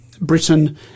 Britain